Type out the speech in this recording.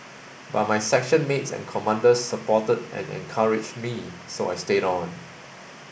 but my section mates and commanders supported and encouraged me so I stayed on